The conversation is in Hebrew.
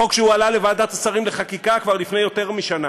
חוק שהועלה לוועדת השרים לחקיקה כבר לפני יותר משנה.